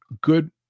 Good